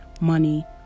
money